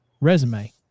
resume